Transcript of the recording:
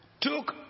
took